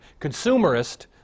consumerist